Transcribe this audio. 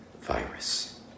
virus